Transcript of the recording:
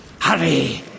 Hurry